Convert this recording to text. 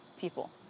people